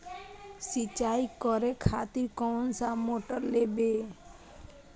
सीचाई करें खातिर कोन सा मोटर लेबे?